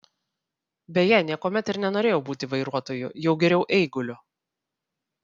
beje niekuomet ir nenorėjau būti vairuotoju jau geriau eiguliu